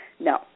No